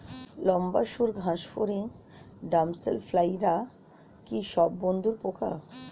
লম্বা সুড় ঘাসফড়িং ড্যামসেল ফ্লাইরা কি সব বন্ধুর পোকা?